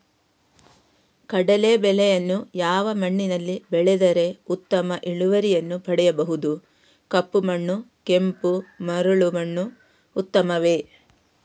ಕಡಲೇ ಬೆಳೆಯನ್ನು ಯಾವ ಮಣ್ಣಿನಲ್ಲಿ ಬೆಳೆದರೆ ಉತ್ತಮ ಇಳುವರಿಯನ್ನು ಪಡೆಯಬಹುದು? ಕಪ್ಪು ಮಣ್ಣು ಕೆಂಪು ಮರಳು ಮಣ್ಣು ಉತ್ತಮವೇ?